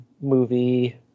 movie